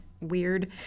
weird